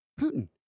Putin